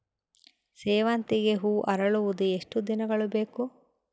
ಸೇವಂತಿಗೆ ಹೂವು ಅರಳುವುದು ಎಷ್ಟು ದಿನಗಳು ಬೇಕು?